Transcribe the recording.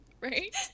right